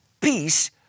peace